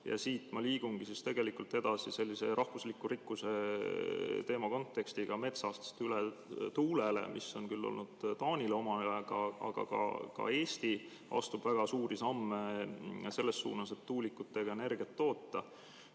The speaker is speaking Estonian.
siit ma liigungi edasi sellise rahvusliku rikkuse teema kontekstis metsast tuule juurde, mis on küll olnud Taanile omane, aga ka Eesti astub väga suuri samme selles suunas, et tuulikutega energiat toota.